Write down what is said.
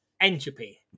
Entropy